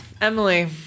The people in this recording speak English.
Emily